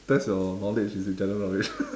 test your knowledge is it general knowledge